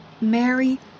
Mary